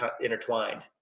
intertwined